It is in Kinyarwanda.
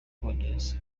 bwongereza